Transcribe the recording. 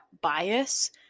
bias